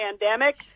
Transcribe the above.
pandemic